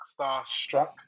Starstruck